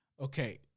Okay